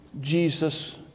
Jesus